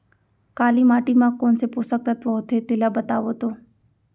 काली माटी म कोन से पोसक तत्व होथे तेला बताओ तो?